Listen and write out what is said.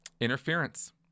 interference